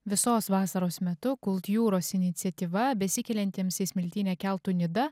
visos vasaros metu kultjūros iniciatyva besikeliantiems į smiltynę keltu nida